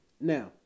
now